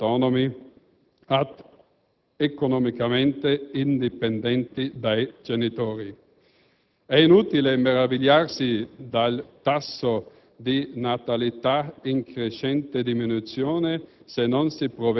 È giusto contrastare l'abuso dei contratti flessibili per dare ai giovani maggiori certezze, altrimenti questi ultimi non potranno mai diventare autonomi ed